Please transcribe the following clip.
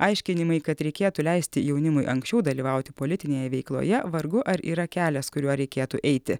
aiškinimai kad reikėtų leisti jaunimui anksčiau dalyvauti politinėje veikloje vargu ar yra kelias kuriuo reikėtų eiti